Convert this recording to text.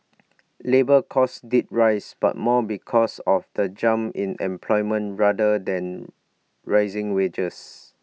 labour costs did rise but more because of the jump in employment rather than rising wages